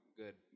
good